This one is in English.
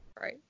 right